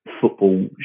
football